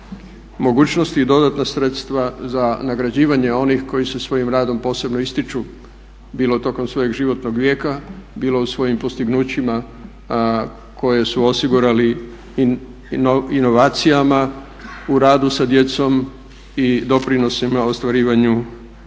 mogućnosti i dodatna sredstva za nagrađivanje onih koji su svojim radom posebno ističu, bilo tokom svojeg životnog vijeka, bilo u svojim postignućima koje su osigurali inovacijama u radu sa djecom i doprinosima ostvarivanju